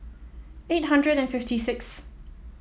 eight hundred and fifty sixth